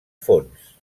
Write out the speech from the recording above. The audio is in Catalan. fons